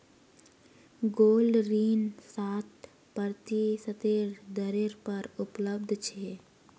gold ऋण सात प्रतिशतेर दरेर पर उपलब्ध छ